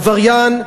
עבריין,